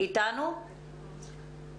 אכן כל מי שהאבטלה שלה תהיה יותר